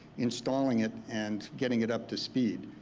installing it, and getting it up to speed.